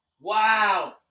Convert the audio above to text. Wow